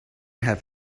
have